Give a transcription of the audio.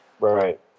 Right